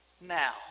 now